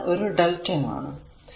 എന്നാൽ ഇത് ഒരു lrmΔ ആണ്